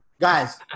guys